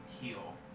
heal